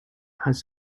has